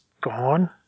gone